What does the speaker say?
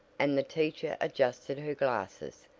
and the teacher adjusted her glasses,